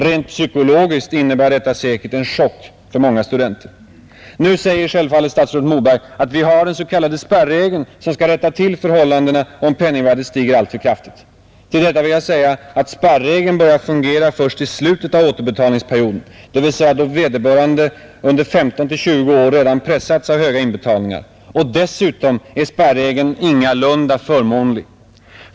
Rent psykologiskt innebär detta säkert en chock för många studenter. Nu säger självfallet statsrådet Moberg att vi har den s.k. spärregeln som skall rätta till förhållandena om penningvärdet sjunker alltför kraftigt. Till detta vill jag säga att spärregeln börjar fungera först i slutet av återbetalningsperioden — dvs. då vederbörande under 15—20 år redan pressats av höga inbetalningar. Dessutom är spärregeln ingalunda förmånlig.